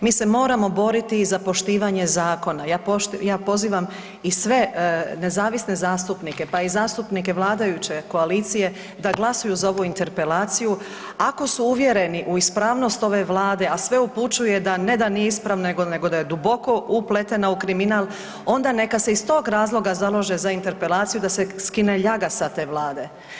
Mi se moramo boriti za poštivanje zakona, ja pozivam i sve nezavisne zastupnike pa i zastupnike vladajuće koalicije da glasuju za ovu interpelaciju, ako su uvjereni u ispravnost ove Vlade, a sve upućuje da ne da nije ispravno nego da je duboko upletena u kriminal onda neka se iz tog razloga založe za interpelaciju da se skine ljaga sa te Vlade.